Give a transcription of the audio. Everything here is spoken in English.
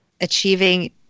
achieving